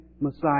Messiah